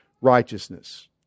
righteousness